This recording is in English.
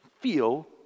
feel